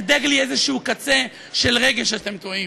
לי איזשהו קצה של רגש אז אתם טועים.